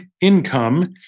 income